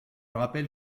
rappelle